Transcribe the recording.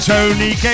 Tony